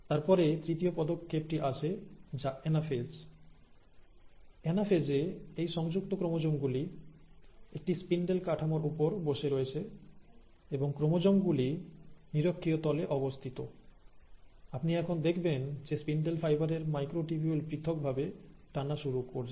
তারপরে তৃতীয় পদক্ষেপটি আসে যা এনাফেজ অ্যানাফেজ এ এই সংযুক্ত ক্রোমোজোম গুলি একটি স্পিন্ডেল কাঠামোর উপর বসে রয়েছে এবং ক্রোমোজোম গুলি নিরক্ষীয় তলে অবস্থিত আপনি এখন দেখবেন যে স্পিন্ডেল ফাইবারের মাইক্রোটিবিউল পৃথকভাবে টানা শুরু করেছে